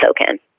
SoCan